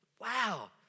Wow